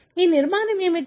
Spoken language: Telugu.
ఈ నిర్మాణం ఏమిటి